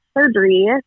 surgery